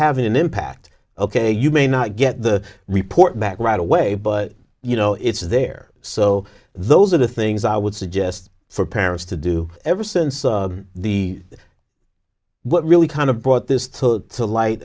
having an impact ok you may not get the report back right away but you know it's there so those are the things i would suggest for parents to do ever since the what really kind of brought this total to light